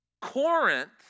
Corinth